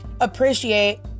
appreciate